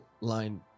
line